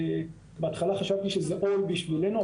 ובהתחלה חשבנו שזה עול בשבילנו,